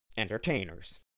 Entertainers